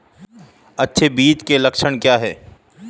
अच्छे बीज के लक्षण क्या हैं?